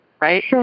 right